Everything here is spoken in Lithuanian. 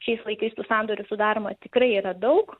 šiais laikais tų sandorių sudaroma tikrai yra daug